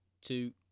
two